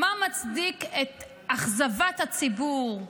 מה מצדיק את אכזבת הציבור,